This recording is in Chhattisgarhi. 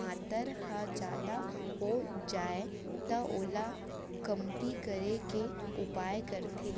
मातर ह जादा हो जाय त ओला कमती करे के उपाय करथे